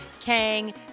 Kang